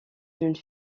jeune